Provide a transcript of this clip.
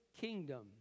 kingdom